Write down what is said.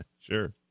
Sure